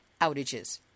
outages